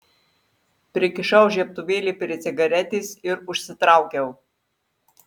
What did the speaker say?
prikišau žiebtuvėlį prie cigaretės ir užsitraukiau